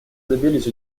добились